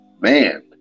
Man